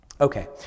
Okay